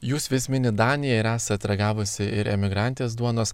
jūs vis minit daniją ir esat ragavusi ir emigrantės duonos